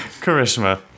Charisma